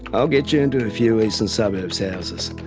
i'll get you into a few eastern suburbs houses,